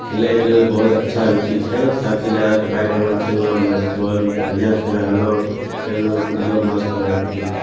खेलायके लेल बहुत अच्छा रुचि छै सबसे जादा तऽ बैटबाॅल खेललहुॅं मस्त होल बढ़ियाँ से रहलौं खेललौं कुदलौं मस्त रहत टीम